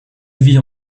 vie